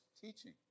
teaching